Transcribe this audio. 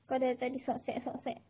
kau dari tadi sok sek sok sek